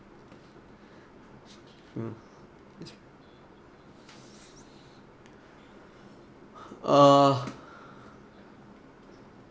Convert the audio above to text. mm err